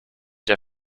der